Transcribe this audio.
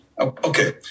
Okay